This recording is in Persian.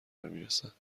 برسد